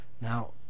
Now